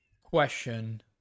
question